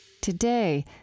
Today